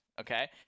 Okay